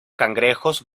cangrejos